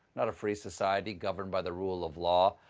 not a free society governed by the rule of law.